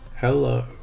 Hello